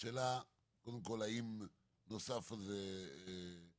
השאלה היא האם נוספו על זה משאבים?